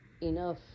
Enough